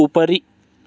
उपरि